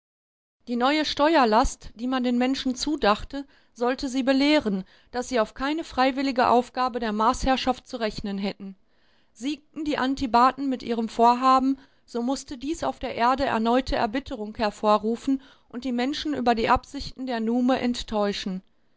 die neue steuerlast die man den menschen zudachte sollte sie belehren daß sie auf keine freiwillige aufgabe der mars herrschaft zu rechnen hätten siegten die antibaten mit ihrem vorhaben so mußte dies auf der erde erneute erbitterung hervorrufen und die menschen über die absichten der nume enttäuschen